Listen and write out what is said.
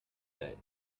day